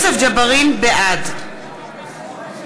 בעד